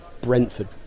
Brentford